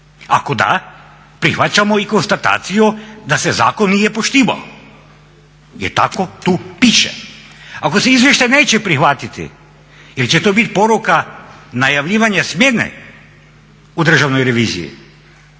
Ako da prihvaćamo i konstataciju da se zakon nije poštivao jer tako tu piše. Ako se izvještaj neće prihvatiti ili će to bit poruka najavljivanja smjene u Državnoj reviziji